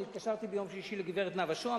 התקשרתי ביום שישי לגברת נאוה שוהם,